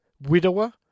widower